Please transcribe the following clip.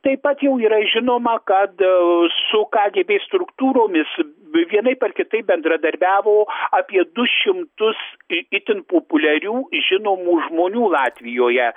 taip pat jau yra žinoma kad su kagėbė struktūromis vienaip ar kitaip bendradarbiavo apie du šimtus itin populiarių žinomų žmonių latvijoje